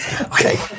Okay